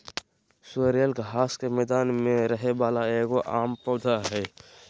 sorrel घास के मैदान में रहे वाला एगो आम पौधा हइ